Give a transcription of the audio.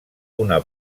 una